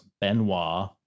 Benoit